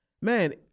man